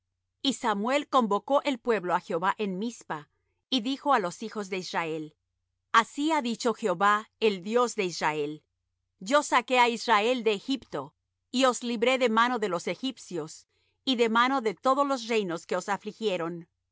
y samuel convocó el pueblo á jehová en mizpa y dijo á los hijos de israel así ha dicho jehová el dios de israel yo saqué á israel de egipto y os libré de mano de los egipcios y de mano de todos los reinos que os afligieron mas